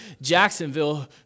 Jacksonville